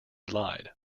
lied